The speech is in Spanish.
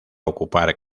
ocupar